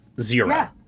Zero